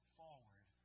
forward